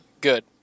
good